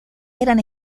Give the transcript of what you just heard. eran